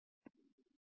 we 1